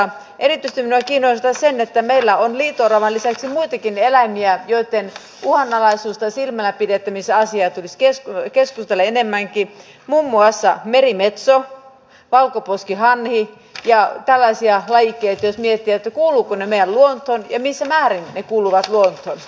erityisesti minua kiinnostaa se että meillä on liito oravan lisäksi muitakin eläimiä joitten ff uhanalaisista silmää pidetty missä uhanalaisuudesta tai silmälläpitämisasiasta tulisi keskustella enemmänkin muun muassa merimetso valkoposkihanhi ja tällaisia lajikkeita jos miettii kuuluvatko ne meidän luontoomme ja missä määrin ne kuuluvat luontoon